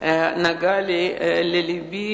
נגע ללבי.